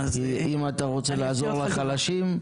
אז אם אתה רוצה לעזור לחלשים,